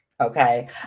Okay